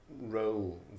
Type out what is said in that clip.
role